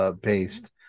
based